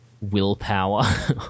willpower